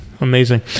Amazing